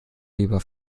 lieber